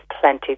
plenty